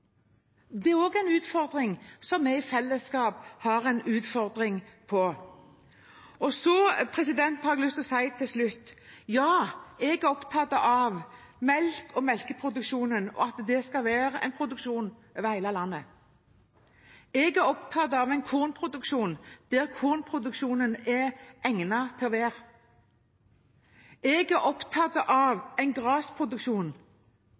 Det er også en utfordring som vi i fellesskap har. Til slutt: Ja, jeg er opptatt av melk og melkeproduksjon og at det skal være produksjon over hele landet. Jeg er opptatt av å ha kornproduksjon der det er egnet for det. Jeg er opptatt